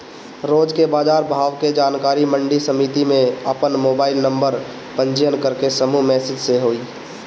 रोज के बाजार भाव के जानकारी मंडी समिति में आपन मोबाइल नंबर पंजीयन करके समूह मैसेज से होई?